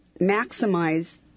maximize